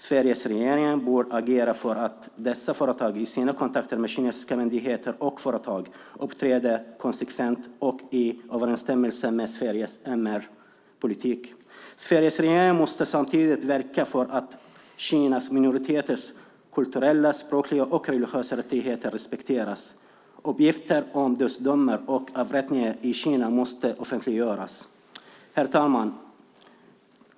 Sveriges regering bör agera för att dessa företag i sina kontakter med kinesiska myndigheter och företag uppträder konsekvent och i överensstämmelse med Sveriges MR-politik. Sveriges regering måste samtidigt verka för att Kinas minoriteters kulturella, språkliga och religiösa rättigheter respekteras. Uppgifter om dödsdomar och avrättningar i Kina måste offentliggöras. Herr talman!